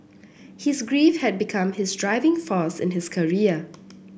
his grief had become his driving force in his career